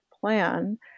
plan